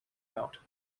out